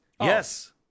Yes